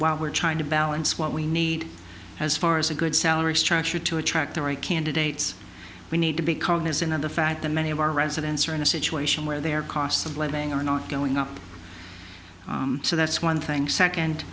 while we're trying to balance what we need as far as a good salary structure to attract the right candidates we need to be cognizant of the fact that many of our residents are in a situation where their costs of living are not going up so that's one thing second